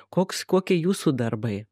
koks kokie jūsų darbai